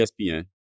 ESPN